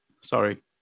Sorry